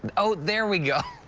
and there we go.